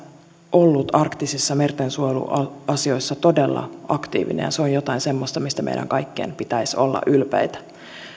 ollut arktisissa merten suojeluasioissa todella aktiivinen ja se on jotain semmoista mistä meidän kaikkien pitäisi olla ylpeitä